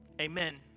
amen